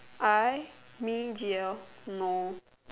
I me G_L no